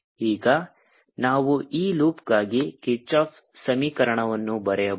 ಈಗ ನಾವು ಈ ಲೂಪ್ಗಾಗಿ ಕಿರ್ಚಾಫ್ನKirchhoff's ಸಮೀಕರಣವನ್ನು ಬರೆಯಬಹುದು